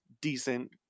decent